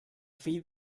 fill